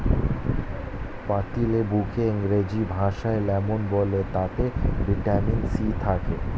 পাতিলেবুকে ইংরেজি ভাষায় লেমন বলে তাতে ভিটামিন সি থাকে